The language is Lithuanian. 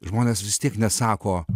žmonės vis tiek nesako